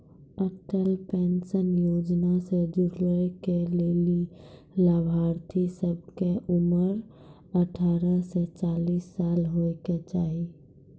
Atal pension योजना से जुड़ै के लेली लाभार्थी सभ के उमर अठारह से चालीस साल होय के चाहि